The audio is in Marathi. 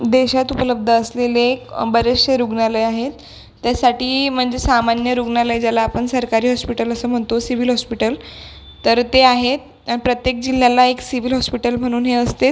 देशात उपलब्ध असलेले बरेचसे रुग्णालय आहेत त्यासाठी म्हणजे सामान्य रुग्णालय ज्याला आपण सरकारी हॉस्पिटल असं म्हणतो सिव्हिल हॉस्पिटल तर ते आहेत प्रत्येक जिल्ह्याला एक सिव्हिल हॉस्पिटल म्हणून हे असतेच